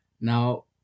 Now